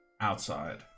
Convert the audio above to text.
outside